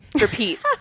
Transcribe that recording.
Repeat